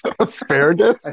asparagus